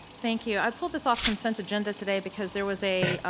thank you, i pulled this off consent agenda today because there was a,